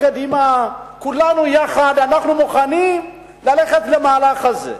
כקדימה, כולנו יחד, אנחנו מוכנים ללכת למהלך הזה.